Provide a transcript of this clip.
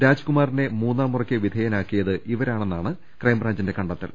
രാജ്കുമാ റിനെ മൂന്നാംമുറക്ക് വിധേയനാക്കിയത് ഇവരാണെന്നാണ് ക്രൈംബ്രാ ഞ്ചിന്റെ കണ്ടെത്തൽ